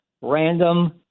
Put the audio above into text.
random